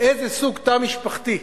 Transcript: איזה סוג תא משפחתי,